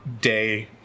day